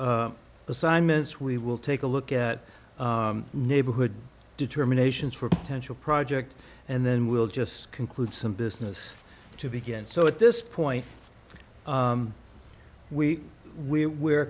assignments we will take a look at neighborhood determinations for potential project and then we'll just conclude some business to begin so at this point we we